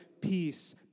peace